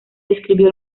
describió